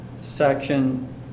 section